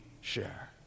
share